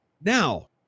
Now